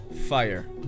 fire